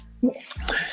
Yes